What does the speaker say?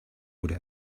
would